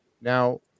now